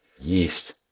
yeast